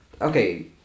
okay